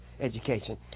education